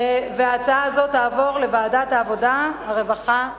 ההצעה הזו תעבור לוועדת העבודה, הרווחה והבריאות.